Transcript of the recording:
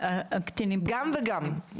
גם וגם.